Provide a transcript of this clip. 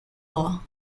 law